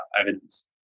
evidence